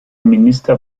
minister